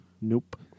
Nope